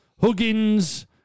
Huggins